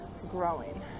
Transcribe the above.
growing